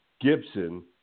Gibson